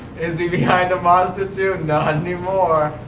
is he behind a mazda two? not anymore.